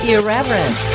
Irreverent